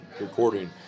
recording